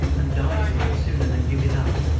and dies in it sooner than give it up!